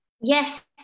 Yes